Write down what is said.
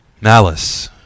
Malice